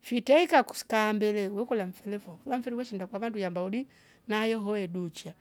Fitra ikas- kaambele wee kolya mfele fo kila mfiri we shiinda kwa vandu iyaamba hodii nayoohoyo eduuchya